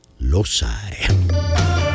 Losai